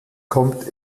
kommt